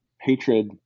hatred